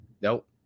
nope